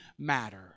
matter